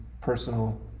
personal